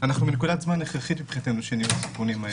אנחנו בנקודת זמן הכרחית מבחינתנו של ניהול הסיכונים הזה